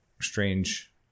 strange